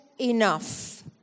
enough